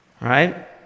right